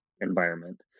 environment